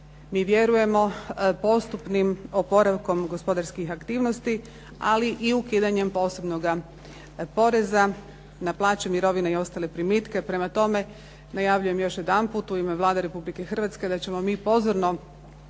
mi vjerujemo, postupnim oporavkom gospodarskih aktivnosti, ali i ukidanjem posebnoga poreza na plaće, mirovine i ostale primitke. Prema tome, najavljujem još jedanput, u ime Vlade Republike Hrvatske da ćemo mi pozorno